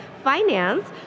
Finance